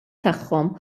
tagħhom